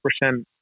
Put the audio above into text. percent